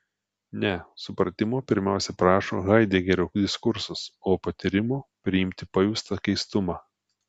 ne supratimo pirmiausia prašo haidegerio diskursas o patyrimo priimti pajustą keistumą